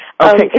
Okay